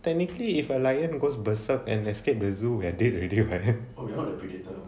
technically if a lion goes berserk and escape the zoo at it and we dead already [what]